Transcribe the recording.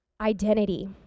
identity